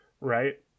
Right